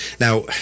Now